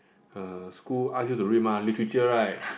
uh school ask you to read mah literature right